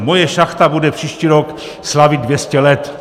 Moje šachta bude příští rok slavit 200 let.